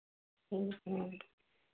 ठीक है